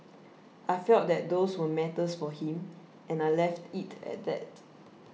I felt that those were matters for him and I left it at that